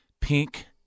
Pink